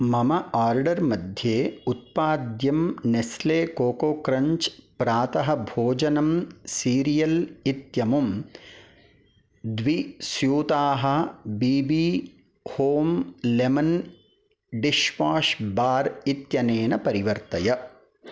मम आर्डर् मध्ये उत्पाद्यं नेस्ले कोको क्रञ्च् प्रातः भोजनम् सीरियल् इत्यमुं द्वि स्यूताः B B home lemon dishwash bar इत्यनेन परिवर्तय